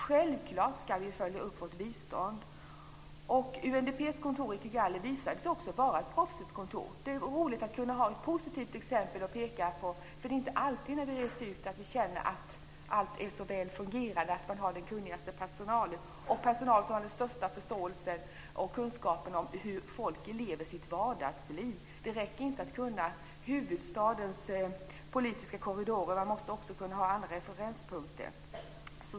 Självklart ska vi följa upp vårt bistånd. UNDP:s kontor i Kigali visade sig vara ett professionellt skött kontor. Det är roligt att kunna ha ett positivt exempel att peka på. Det är inte alltid när vi reser ut som vi känner att allt fungerar så väl, att personalen är så kunnig och har den största förståelsen och kunskapen om hur folk lever i vardagen. Det räcker inte att kunna huvudstadens politiska korridorer, man måste också ha andra referenspunkter.